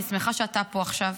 אני שמחה שאתה פה עכשיו,